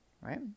Right